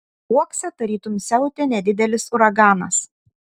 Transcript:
uokse tarytum siautė nedidelis uraganas